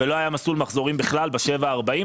ולא היה מסלול מחזורים בכלל בשבעה עד 40 קילומטר.